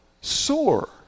sore